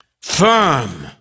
firm